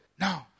No